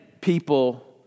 people